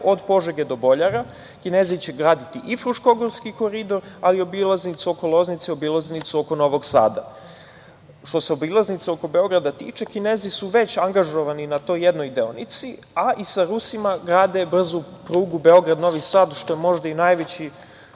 od Požege do Boljara. Kinezi će graditi i fruškogorski koridor, ali i obilaznicu oko Loznice i obilaznicu oko Novog Sada. Što se obilaznice oko Beograda tiče, Kinezi su već angažovani na toj jednoj deonici, a i sa Rusima grade brzu prugu Beograd – Novi Sad, što je možda i najveći